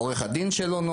נוח לעורך הדין שלו,